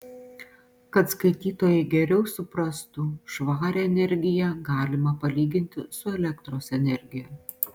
kad skaitytojai geriau suprastų švarią energiją galima palyginti su elektros energija